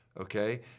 Okay